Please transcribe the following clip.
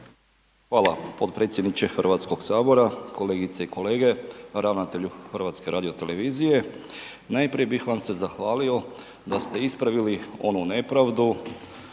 Hvala potpredsjedniče Hrvatskog sabora, kolegice i kolege, ravnatelju HRT-a. Najprije bih vam se zahvalio da ste ispravili onu nepravdu